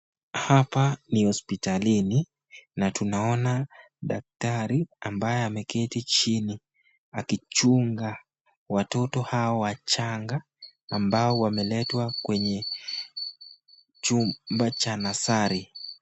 Hapa ni hospitalini na tunaona daktari ambaye ameketi chini akichunga watoto hawa wachanga ambao wameletwa kwenye chumba cha nasari.